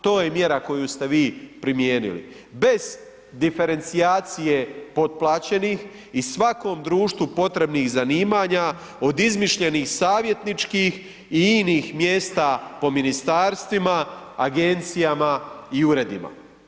To je mjera koju ste vi primijenili, bez diferencijacije potplaćenih i svakom društvu potrebnih zanimanja od izmišljenih savjetničkih i inih mjesta po ministarstvima, agencijama i uredima.